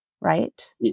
Right